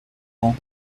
ans